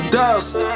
dust